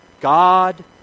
God